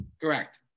correct